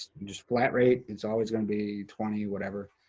just flat rate, it's always gonna be twenty whatever.